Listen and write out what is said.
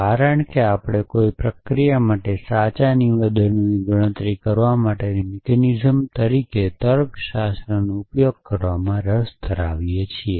કારણ કે આપણે કોઈ પ્રક્રિયા માટે સાચા નિવેદનોની ગણતરી કરવા માટેના મિકેનિઝમ તરીકે તર્કશાસ્ત્રનો ઉપયોગ કરવામાં રસ ધરાવીએ છીએ